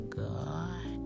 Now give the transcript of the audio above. god